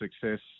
success